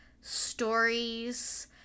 stories